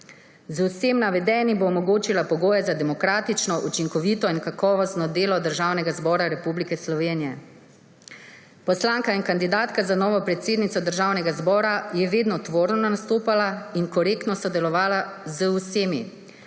Z vsem navedenim bo omogočila pogoje za demokratično, učinkovito in kakovostno delo Državnega zbora Republike Slovenije. Poslanka in kandidatka za novo predsednico Državnega zbora je vedno tvorno nastopala in korektno sodelovala z vsemi,